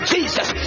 Jesus